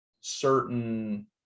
certain